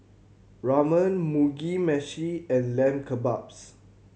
Ramen Mugi Meshi and Lamb Kebabs